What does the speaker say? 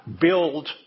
build